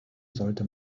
sollte